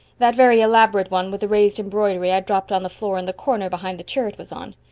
that very elaborate one with the raised embroidery i dropped on the floor in the corner behind the chair it was on.